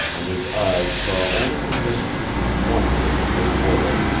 and his eyes saw only the mystery and wonder of the big world,